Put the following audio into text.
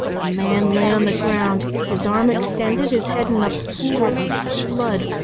a man lay on the ground, his arm extended, his head in a pool of blood,